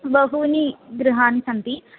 बहूनि गृहाणि सन्ति